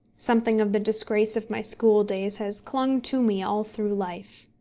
something of the disgrace of my school-days has clung to me all through life.